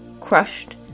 crushed